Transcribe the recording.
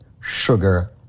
sugar